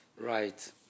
Right